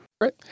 Right